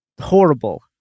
Horrible